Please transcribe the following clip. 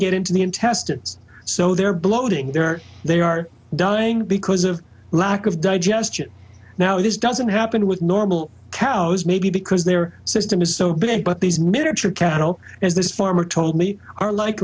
get into the intestines so they're bloating there they are dying because of lack of digestion now this doesn't happen with normal cows maybe because their system is so big but these miniature cattle as this farmer told me are like